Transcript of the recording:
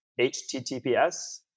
https